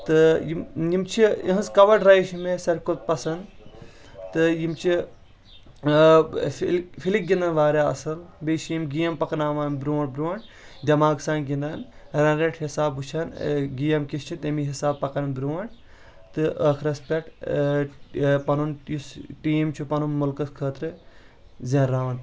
تہٕ یِم یِم چھ یِہنٛز کور ڈرایو چھ مےٚ سارِوٕے کھۄتہٕ پسنٛد تہٕ یِم چھ فِلِک فِلِک گِنٛدان واریاہ اَصل بیٚیہِ چھ یِم گیم پکناوان برونٛٹھ برونٛٹھ دٮ۪ماغہٕ سان گِنٛدان رن ریٹ حساب وٕچھان گیم کِس چھ تَمی حساب پکان برونٛٹھ تہٕ أخرس پٮ۪ٹھ پنُن یُس ٹیٖم چھُ پنُن ملکس خأطرٕ زینہٕ راوان